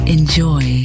Enjoy